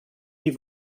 die